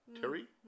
Terry